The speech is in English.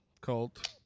cult